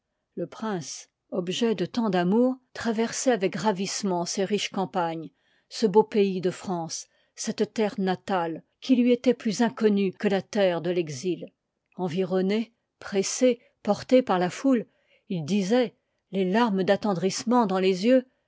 le prince objet de tant d'amour traversoit avec ravissement ces ii part riches campagnes ce beau pays de france liv i cette terre natale qui lui ëtoit plus inconnue que la terre de texil environné pressé porté par la foule il disoit les larmes d'attendrissement dans les yeux